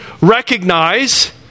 recognize